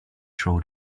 throw